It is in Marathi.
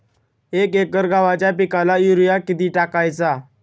एक एकर गव्हाच्या पिकाला युरिया किती टाकायचा?